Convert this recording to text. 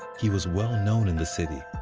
he was well-known in the city.